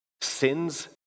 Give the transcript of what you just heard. Sin's